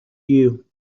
you